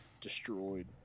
destroyed